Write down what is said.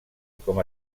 com